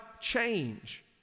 change